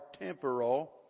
temporal